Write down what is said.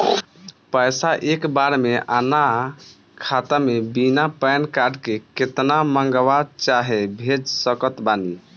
पैसा एक बार मे आना खाता मे बिना पैन कार्ड के केतना मँगवा चाहे भेज सकत बानी?